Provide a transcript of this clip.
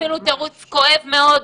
אפילו תירוץ כואב מאוד,